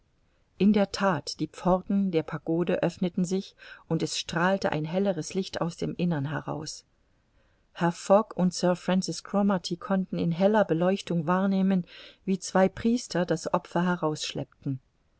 in der that die pforten der pagode öffneten sich und es strahlte ein helleres licht aus dem innern heraus herr fogg und sir francis cromarty konnten in heller beleuchtung wahrnehmen wie zwei priester das opfer